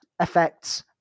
effects